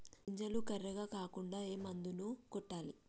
గింజలు కర్రెగ కాకుండా ఏ మందును కొట్టాలి?